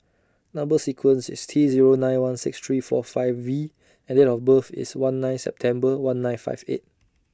Number sequence IS T Zero nine one six three four five V and Date of birth IS one nine September one nine five eight